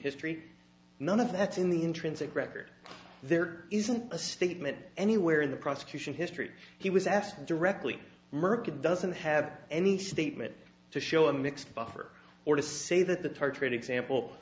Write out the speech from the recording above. history none of that's in the intrinsic record there isn't a statement anywhere in the prosecution history he was asked directly mirka doesn't have any statement to show a mixed buffer or to say that the tartrate example